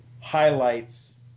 highlights